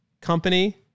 company